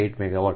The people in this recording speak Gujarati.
80 મેગાવોટ